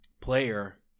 player